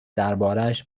دربارهاش